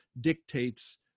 dictates